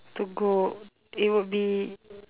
to go it would be